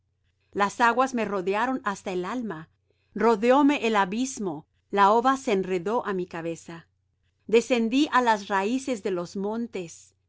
las aguas me rodearon hasta el alma rodeóme el abismo la ova se enredó á mi cabeza descendí á las raíces de los montes